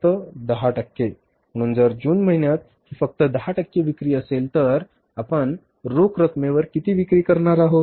फक्त 10 टक्के बरोबर म्हणून जर जून महिन्यात ही फक्त 10 टक्के विक्री असेल तर आपण रोख रकमेवर किती विक्री करणार आहोत